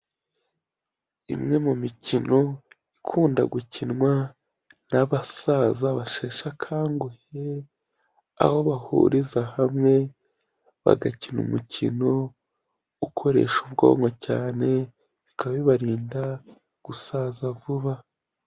Imwe mu mikino ikunda gukinwa n'abasaza basheshe akanguhe, aho bahuriza hamwe bagakina umukino ukoresha ubwonko cyane, bikaba bibarinda gusaza vuba.